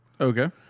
Okay